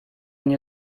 nie